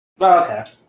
okay